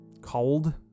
cold